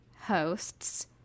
hosts